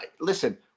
listen